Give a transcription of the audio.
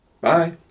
Bye